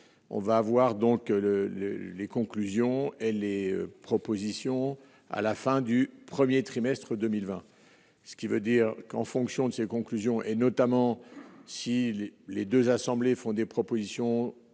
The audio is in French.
on va voir donc le les conclusions et les propositions à la fin du 1er trimestre 2020, ce qui veut dire qu'en fonction de ses conclusions et notamment si il est les 2 assemblées, font des propositions